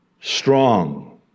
strong